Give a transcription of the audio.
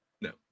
No